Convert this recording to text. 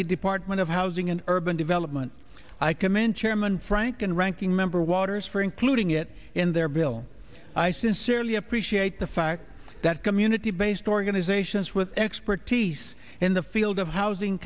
the department of housing and urban development i commend chairman frank and ranking member waters for including it in their bill i sincerely appreciate the fact that community based organizations with expertise in the field of housing